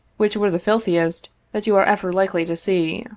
which were the filthiest that you are ever likely to see.